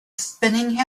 spinning